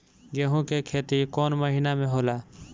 गेहूं के खेती कौन महीना में होला?